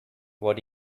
what